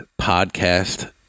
podcast